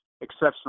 exceptional